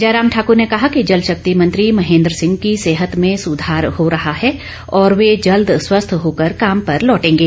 जयराम ठाकूर ने कहा कि जलशक्ति मंत्री महेंद्र सिंह की सेहत में सुधार हो रहा है और वे जल्द स्वस्थ होकर काम पर लौटेंगे